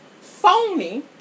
phony